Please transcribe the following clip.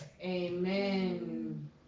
Amen